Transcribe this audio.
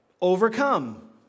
overcome